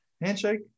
Handshake